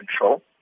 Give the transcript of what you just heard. control